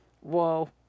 Whoa